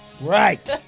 Right